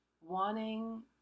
wanting